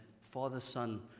father-son